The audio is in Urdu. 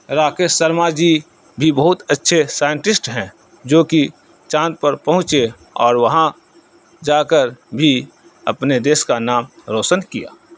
راکیس سرما جی بھی بہت اچھے سائنٹسٹ ہیں جوکہ چاند پر پہنچے اور وہاں جا کر بھی اپنے دیس کا نام روشن کیا